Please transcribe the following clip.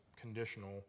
conditional